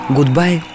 Goodbye